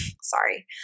Sorry